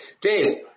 Dave